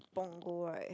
Punggol right